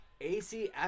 AC